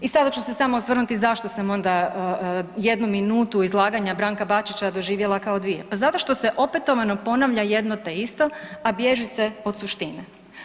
I sada ću se samo osvrnuti zašto sam onda jednu minutu izlaganja Branka Bačića doživjela kao dvije, pa zato što se opetovano ponavlja jedno te isto, a bježi se od suštine.